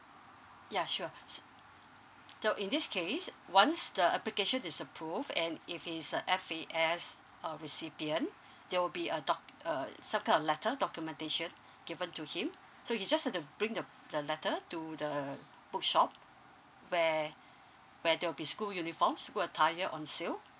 ya sure so in this case once the application is approve and if it is a f a s uh recipient there will be a doc uh some kind of letters documentation given to him so he just have to bring the the letter to the bookshop where where there'll be school uniform school attire on sale